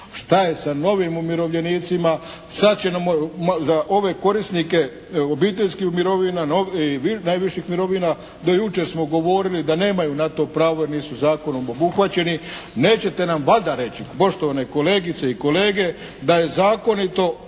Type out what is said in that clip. Šta je sa novim umirovljenicima? Sad će nam za ove korisnike obiteljskih mirovina i najviših mirovina do jučer smo govorili da nemaju na to pravo jer nisu zakonom obuhvaćeni. Nećete nam valjda reći poštovane kolegice i kolege da je zakonito